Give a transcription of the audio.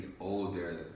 older